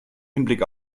hinblick